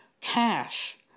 cash